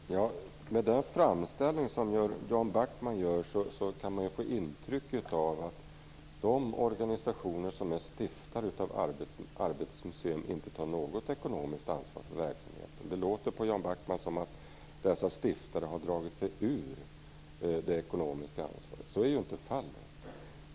Fru talman! Av den framställning som Jan Backman gör kan man få intrycket att de organisationer som är stiftare av Arbetets museum inte tar något ekonomiskt ansvar för verksamheten. Det låter på Jan Backman som att dessa stiftare har dragit sig ur det ekonomiska ansvaret. Så är inte fallet.